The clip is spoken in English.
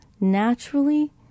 naturally